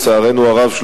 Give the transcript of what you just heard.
לצערנו הרב,